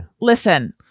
Listen